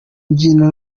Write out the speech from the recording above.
mbyina